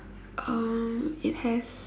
um it has